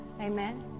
Amen